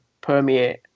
permeate